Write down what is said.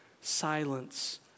silence